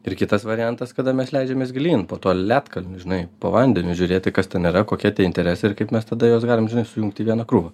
ir kitas variantas kada mes leidžiamės gilyn po tuo ledkalniu žinai po vandeniu žiūrėti kas ten yra kokie interesai ir kaip mes tada juos galim sujungt į vieną krūvą